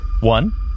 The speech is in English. One